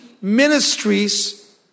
ministries